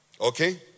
Okay